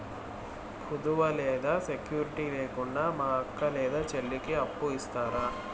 కుదువ లేదా సెక్యూరిటి లేకుండా మా అక్క లేదా చెల్లికి అప్పు ఇస్తారా?